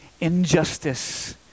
injustice